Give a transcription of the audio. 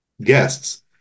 guests